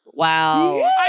Wow